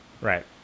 Right